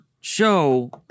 show